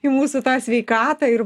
į mūsų tą sveikatą ir